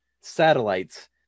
satellites